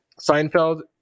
Seinfeld